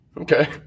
Okay